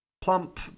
plump